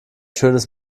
schönes